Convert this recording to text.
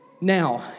Now